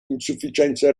insufficienza